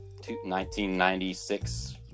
1996